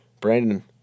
Brandon